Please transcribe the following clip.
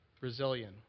Brazilian